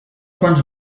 quants